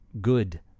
good